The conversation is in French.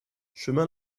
chemin